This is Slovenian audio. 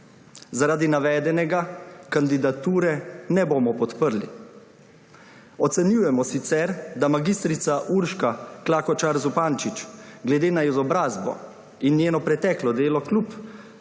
Zaradi navedenega kandidature ne bomo podprli. Ocenjujemo sicer, da mag. Urška Klakočar Zupančič glede na izobrazbo in njeno preteklo delo kljub